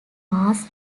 mass